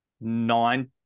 nine